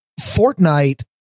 Fortnite